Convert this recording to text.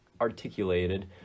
articulated